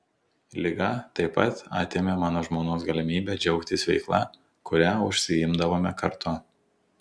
liga taip pat atėmė mano žmonos galimybę džiaugtis veikla kuria užsiimdavome kartu